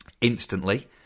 instantly